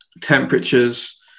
Temperatures